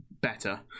better